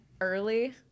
early